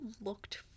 looked